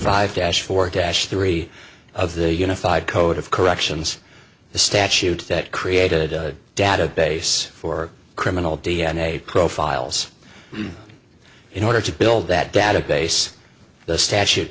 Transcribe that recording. five dash for cash three of the unified code of corrections the statute that created a database for criminal d n a profiles in order to build that database the statute